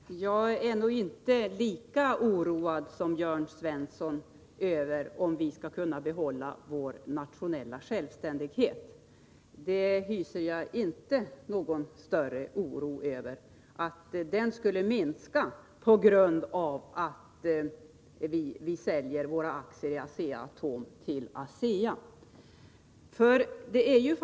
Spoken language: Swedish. Herr talman! Jag är nog inte lika oroad som Jörn Svensson över att vi inte skulle kunna behålla vår nationella självständighet. Jag hyser inte någon större rädsla för att den skulle minska på grund av att vi säljer våra aktier i Asea-Atom till ASEA.